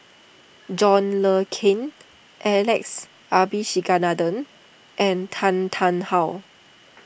John Le Cain Alex Abisheganaden and Tan Tarn How